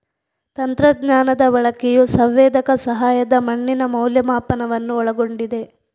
ತಂತ್ರಜ್ಞಾನದ ಬಳಕೆಯು ಸಂವೇದಕ ಸಹಾಯದ ಮಣ್ಣಿನ ಮೌಲ್ಯಮಾಪನವನ್ನು ಒಳಗೊಂಡಿದೆ